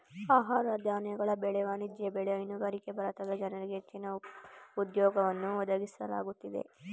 ಆಹಾರ ಧಾನ್ಯಗಳ ಬೆಳೆ, ವಾಣಿಜ್ಯ ಬೆಳೆ, ಹೈನುಗಾರಿಕೆ ಭಾರತದ ಜನರಿಗೆ ಹೆಚ್ಚಿನ ಉದ್ಯೋಗವನ್ನು ಒದಗಿಸುತ್ತಿದೆ